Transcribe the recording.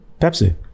Pepsi